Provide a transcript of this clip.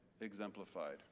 exemplified